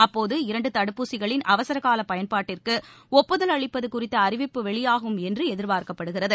அப்போது இரண்டு தடுப்பூசிகளின் அவசர கால பயன்பாட்டிற்கு ஒப்புதல் அளிப்பது குறித்த அறிவிப்பு வெளியாகும் என்று எதிர்பார்க்கப்படுகிறது